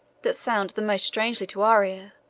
that sound the most strangely to our ear,